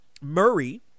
Murray